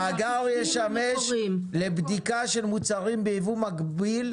המאגר ישמש לבדיקה של מוצרים בייבוא מקביל.